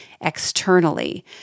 externally